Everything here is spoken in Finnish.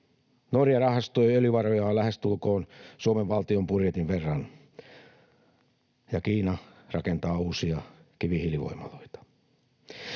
Norja rahastoi öljyvarojaan lähestulkoon Suomen valtion budjetin verran, ja Kiina rakentaa uusia kivihiilivoimaloita.